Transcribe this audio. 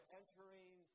entering